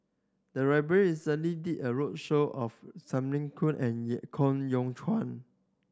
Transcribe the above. the library recently did a roadshow of Singh and Koh Yong Guan